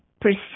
perceive